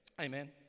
Amen